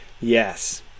Yes